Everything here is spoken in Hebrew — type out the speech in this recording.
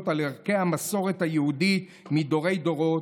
על ערכי המסורת היהודית מדורי-דורות,